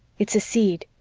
it's a seed,